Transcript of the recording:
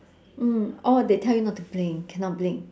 mm orh they tell you not to blink cannot blink